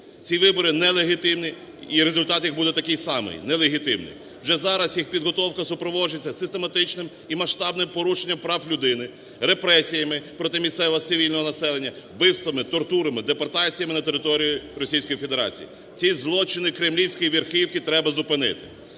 Ці вибори нелегітимні і результат їх буде такий самий – нелегітимний. Вже зараз їх підготовка супроводжується систематичним і масштабним порушенням прав людини, репресіями проти місцевого цивільного населення, вбивствами, тортурами, депортаціями на територію Російської Федерації. Ці злочини кремлівської верхівки треба зупинити.